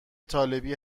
طالبی